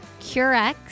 curex